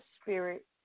spirit